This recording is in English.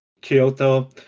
Kyoto